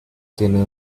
tiene